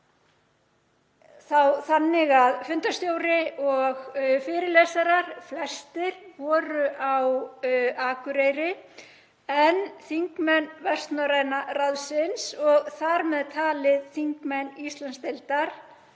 þannig að fundarstjóri og fyrirlesarar flestir voru á Akureyri en þingmenn Vestnorræna ráðsins og þar með talið þingmenn Íslandsdeildar